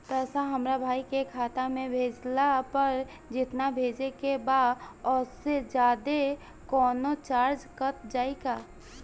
पैसा हमरा भाई के खाता मे भेजला पर जेतना भेजे के बा औसे जादे कौनोचार्ज कट जाई का?